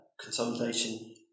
consolidation